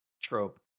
trope